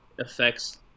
affects